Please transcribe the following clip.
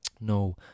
no